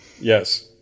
Yes